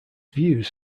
views